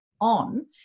on